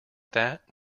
that